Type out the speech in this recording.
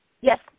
Yes